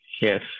Yes